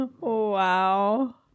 Wow